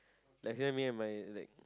like here me and my like